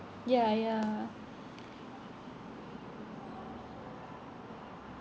ya ya